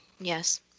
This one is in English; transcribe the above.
Yes